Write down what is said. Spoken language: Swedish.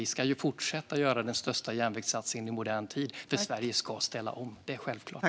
Vi ska fortsätta att göra den största järnvägssatsningen i modern tid, för Sverige ska ställa om; det är självklart.